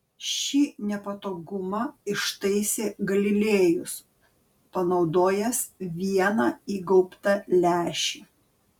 šį nepatogumą ištaisė galilėjus panaudojęs vieną įgaubtą lęšį